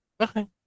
Okay